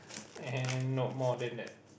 and no more than that